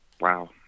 wow